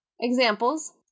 Examples